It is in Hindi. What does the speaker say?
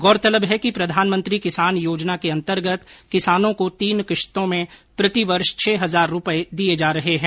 गौरतलब है कि प्रधानमंत्री किसान योजना के अन्तगर्त किसानों को तीन किस्तों में प्रतिवर्ष छह हजार रूपये दिए जा रहे हैं